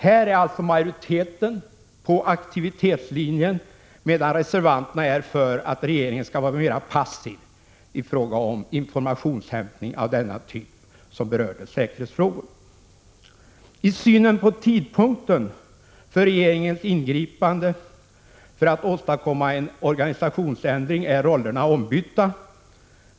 Här är alltså majoriteten på aktivitetslinjen, medan reservanterna är för att regeringen skall vara mera passiv i fråga om informationsinhämtning som berör säkerhetsfrågor. I synen på tidpunkten för regeringens ingripande för att åstadkomma en organisationsändring är rollerna ombytta.